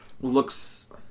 Looks